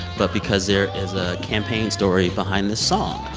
but because there is a campaign story behind this song.